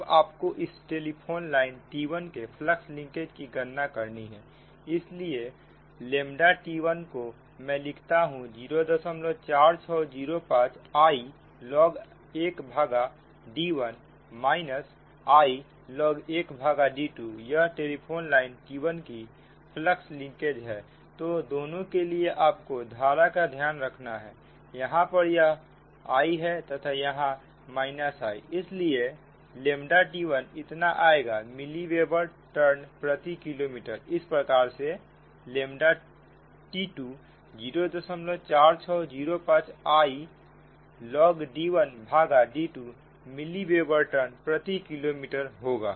तब आपको उस टेलीफोन लाइन T1 के फ्लक्स लिंकेज की गणना करनी है इसलिए T1को मैं लिखता हूं 04605 I log 1 भागा d1 I log 1 भागा d2 यह टेलीफोन लाइन T1 की फ्लक्स लिंकेज है तो दोनों के लिए आपको धारा का ध्यान रखना है यहां पर यह I है तथा यहां I इसलिए T1 इतना आएगा मिली वेबर टर्न प्रति किलोमीटर इसी प्रकार से T204605 I log d1 भागा d2 मिली वेबर टर्न प्रति किलोमीटर प्राप्त होगा